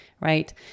right